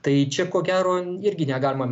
tai čia ko gero irgi negalima